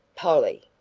polly.